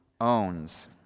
Owns